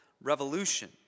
revolution